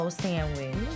sandwich